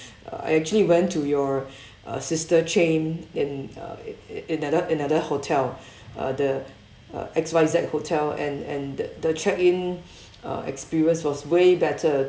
I actually went to your uh sister chain in uh a~ a~ another another hotel uh the uh X Y Z hotel and and the the check in uh experience was way better